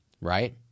right